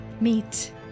meet